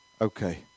okay